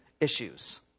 issues